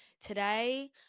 today